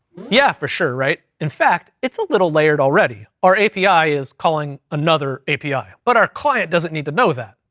yeah, for sure, right. in fact, it's a little layered already. our api is calling another api, but our client doesn't need to know that.